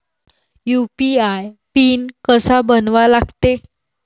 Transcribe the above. UPI pin कसा बनवा लागते?